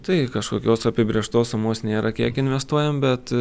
tai kažkokios apibrėžtos sumos nėra kiek investuojam bet